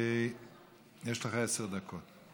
יש לך עשר דקות.